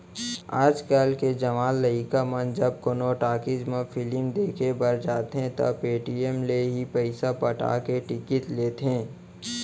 आज के जवान लइका मन जब कोनो टाकिज म फिलिम देखे बर जाथें त पेटीएम ले ही पइसा पटा के टिकिट लेथें